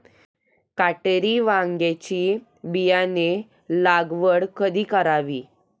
काटेरी वांग्याची बियाणे लागवड कधी करावी?